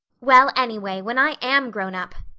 well, anyway, when i am grown up,